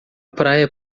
praia